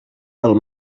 pel